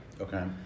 okay